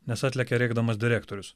nes atlekia rėkdamas direktorius